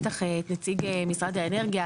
בטח את נציג משרד האנרגיה,